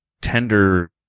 tender